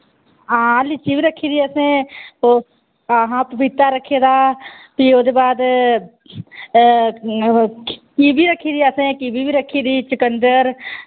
हां लीची बी रक्खी दी असें ओह् हां हां पपीता रक्खे दा फ्ही ओह्दे बाद किवी रक्खी दी असें किवी बी बी रक्खी दी चकन्दर